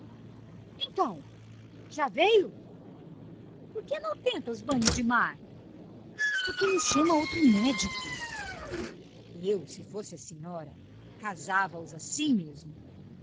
então já veio por que não tenta os banhos de mar por que não chama outro médico eu se fosse a senhora casava os assim mesmo